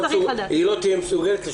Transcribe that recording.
צמצום השירות בטיסה שהוא הסדיר לפי תקנה 25. משך